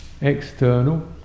external